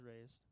raised